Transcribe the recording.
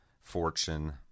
fortune